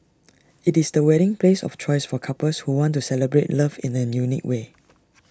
IT is the wedding place of choice for couples who want to celebrate love in an unique way